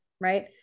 right